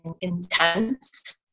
intense